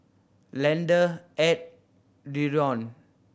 Leander Edd Dereon